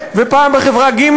ופעם בחברה ג',